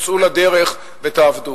צאו לדרך ותעבדו.